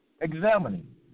examining